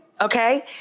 Okay